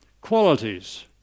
qualities